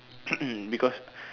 because